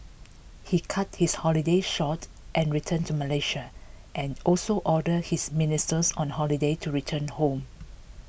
he cut his holiday short and returned to Malaysia and also ordered his ministers on holiday to return home